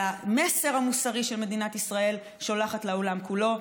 למסר המוסרי שמדינת ישראל שולחת לעולם כולו,